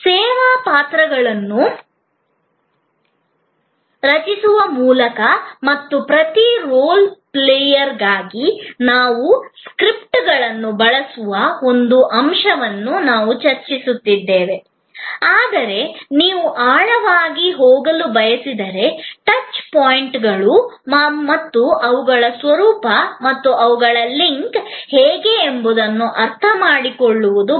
ಸೇವಾ ಪಾತ್ರಗಳನ್ನು ರಚಿಸುವ ಮೂಲಕ ಮತ್ತು ಪ್ರತಿ ರೋಲ್ ಪ್ಲೇಯರ್ಗಾಗಿ ನಾವು ಸ್ಕ್ರಿಪ್ಟ್ಗಳನ್ನು ರಚಿಸುವ ಒಂದು ಅಂಶವನ್ನು ನಾವು ಚರ್ಚಿಸಿದ್ದೇವೆ ಆದರೆ ನೀವು ಆಳವಾಗಿ ಹೋಗಲು ಬಯಸಿದರೆ ಟಚ್ ಪಾಯಿಂಟ್ಗಳು ಮತ್ತು ಅವುಗಳ ಸ್ವರೂಪ ಮತ್ತು ಅವುಗಳ ಲಿಂಕ್ ಹೇಗೆ ಎಂಬುದನ್ನು ಅರ್ಥಮಾಡಿಕೊಳ್ಳುವುದು ಬಹಳ ಮುಖ್ಯ ಹರಿವು ಆಗಿದೆ